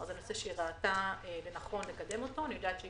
נושא שהיא ראתה לנכון לקדם אותו ואני יודעת שהיא